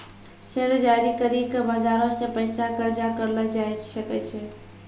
share जारी करि के बजारो से पैसा कर्जा करलो जाय सकै छै